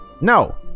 No